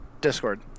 Discord